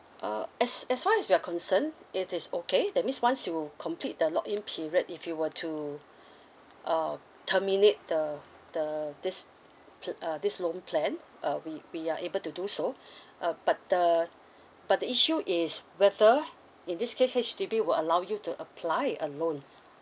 uh as as far as we are concern it is okay that means once you complete the lock in period if you were to uh terminate the the this pl~ uh this loan plan uh we we are able to do so uh but the but the issue is whether in this case H_D_B will allow you to apply a loan